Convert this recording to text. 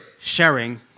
sharing